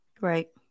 right